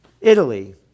Italy